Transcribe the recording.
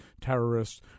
terrorists